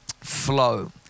flow